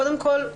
קודם כל,